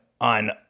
on